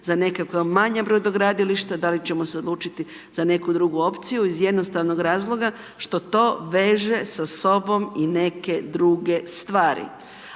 za nekakva manja brodogradilišta, da li ćemo se odlučiti za neku drugu opciju iz jednostavnog razloga što to veže sa sobom i neke druge stvari.